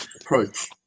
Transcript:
approach